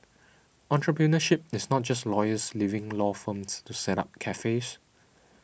entrepreneurship is not just lawyers leaving law firms to set up cafes